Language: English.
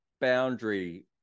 boundary